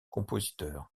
compositeur